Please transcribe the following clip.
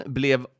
blev